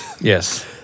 yes